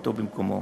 הותרתו במקומו.